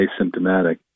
asymptomatic